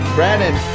Brandon